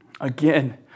Again